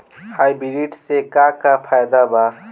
Hybrid से का का फायदा बा?